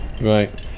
Right